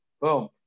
boom